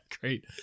great